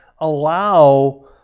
allow